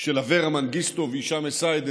של אברה מנגיסטו והישאם א-סייד,